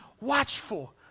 watchful